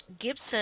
Gibson